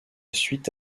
suite